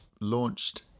launched